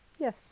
Yes